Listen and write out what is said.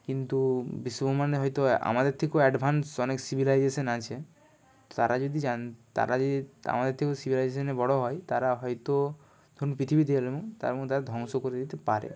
কিন্তু বিশ্ব ব্রহ্মান্ডে হয়তো আমাদের থেকেও অনেক অ্যাডভান্স অনেক সিভিলাইজেশান আছে তারা যদি জান তারা যদি আমাদের থেকেও সিভিলাইজেশানে বড়ো হয় তারা হয়তো তখন পৃথিবীতে এলো তার মধ্যে আর ধ্বংস করে দিতে পারে